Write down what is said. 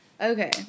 okay